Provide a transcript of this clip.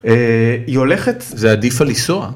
היא הולכת, זה עדיף על לנסוע.